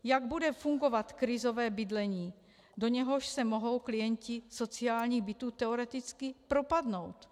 Jak bude fungovat krizové bydlení, do něhož se mohou klienti sociálních bytů teoreticky propadnout?